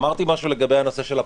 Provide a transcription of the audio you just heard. אמרתי משהו לגבי הנושא של הפקחים.